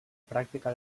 pràctica